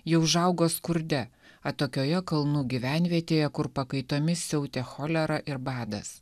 ji užaugo skurde atokioje kalnų gyvenvietėje kur pakaitomis siautė cholera ir badas